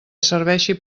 serveixi